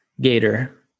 Gator